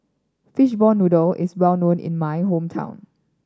fishball noodle is well known in my hometown